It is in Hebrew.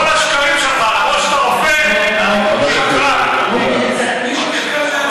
כל השקרים שלך, אומנם אתה רופא, אבל אתה שקרן.